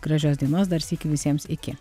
gražios dienos dar sykį visiems iki